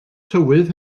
tywydd